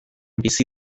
bizi